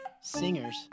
singers